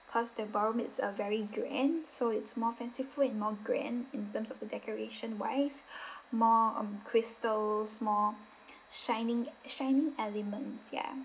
because the ballroom is uh very grand and so it's more fanciful and more grand in terms of the decoration wise more um crystals more shining shiny elements ya